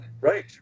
Right